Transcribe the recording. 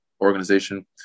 organization